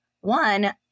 one